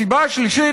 הסיבה השלישית,